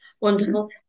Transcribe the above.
Wonderful